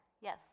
Yes